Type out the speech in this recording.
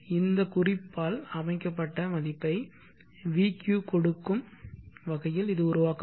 இந்த குறிப்பால் அமைக்கப்பட்ட மதிப்பை vq எடுக்கும் வகையில் இது உருவாக்கப்படும்